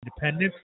independent